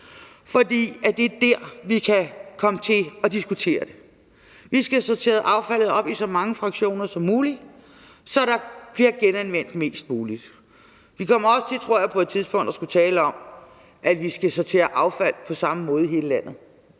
fordi det er der, vi kan komme til at diskutere det. Vi skal have sorteret affaldet op i så mange fraktioner som muligt, så der bliver genanvendt mest muligt. Jeg tror også, vi på et tidspunkt kommer til at skulle tale om, at vi skal sortere affald på samme måde i hele landet